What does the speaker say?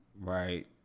right